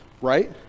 right